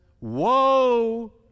woe